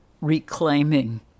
reclaiming